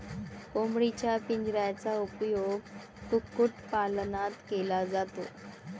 कोंबडीच्या पिंजऱ्याचा उपयोग कुक्कुटपालनात केला जातो